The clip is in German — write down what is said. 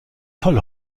toll